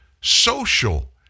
social